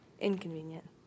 inconvenient